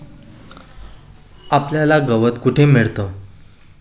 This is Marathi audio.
आपल्याला गवत कुठे मिळतं?